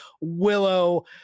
willow